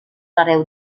hereu